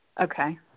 Okay